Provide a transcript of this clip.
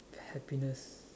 happiness